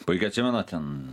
puikiai atsimenat ten